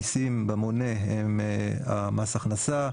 אז המיסים במונה הם מס ההכנסה,